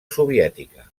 soviètica